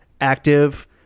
active